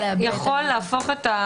וגם פה צריך להוריד את הממונה בכיר אחד.